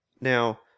Now